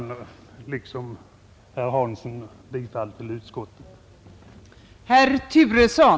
Jag yrkar liksom herr Hansson i Skegrie bifall till utskottets hemställan.